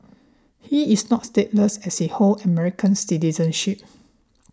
he is not stateless as he hold American citizenship